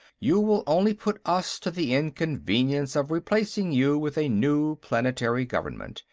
you will only put us to the inconvenience of replacing you with a new planetary government,